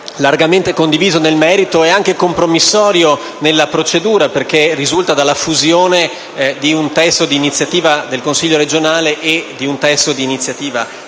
largamente condiviso nel merito, è anche compromissorio nella procedura, perché risulta dalla fusione di un testo di iniziativa del Consiglio regionale e di un testo di iniziativa